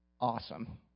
Awesome